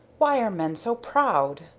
why are men so proud?